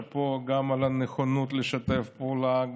שאפו גם על הנכונות לשתף פעולה,